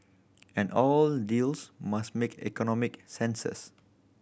and all deals must make economic senses